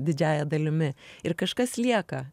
didžiąja dalimi ir kažkas lieka